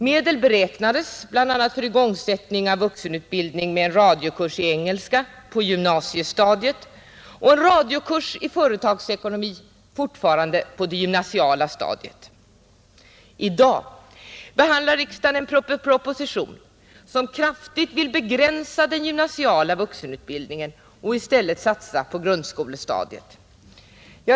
Medel beräknades bl.a. för igångsättning av vuxenutbildning med en radiokurs i engelska på gymnasiestadiet och en radiokurs i företagsekonomi, fortfarande på det gymnasiala stadiet. I dag behandlar riksdagen en proposition som kraftigt vill begränsa den gymnasiala vuxenutbildningen och i stället satsa på grundskolestadiet.